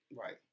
Right